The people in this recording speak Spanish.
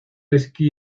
esquí